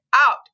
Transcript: out